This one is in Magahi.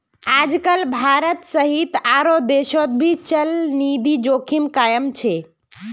आजकल भारत सहित आरो देशोंत भी चलनिधि जोखिम कायम छे